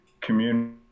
community